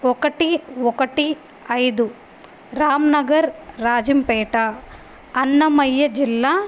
ఒకటి ఒకటి ఐదు రామ్ నగర్ రాజంపేట అన్నమయ్య జిల్లా